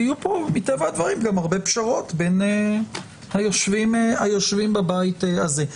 מטבע הדברים יהיו גם הרבה פשרות בין היושבים בבית הזה.